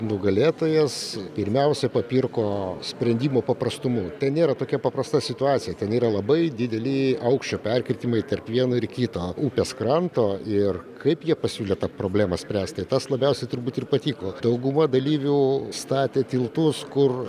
nugalėtojas pirmiausia papirko sprendimo paprastumu tai nėra tokia paprasta situacija ten yra labai dideli aukščio perkirtimai tarp vieno ir kito upės kranto ir kaip jie pasiūlė tą problemą spręsti tas labiausiai turbūt ir patiko dauguma dalyvių statė tiltus kur